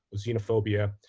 xenophobia.